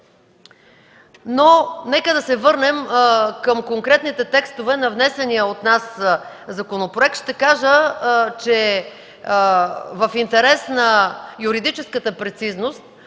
Нека да се върнем към конкретните текстове на внесения от нас законопроект. Ще кажа, че в интерес на юридическата прецизност